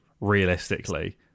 Realistically